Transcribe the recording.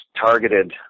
targeted